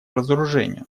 разоружению